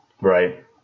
Right